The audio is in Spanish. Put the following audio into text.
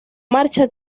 marcha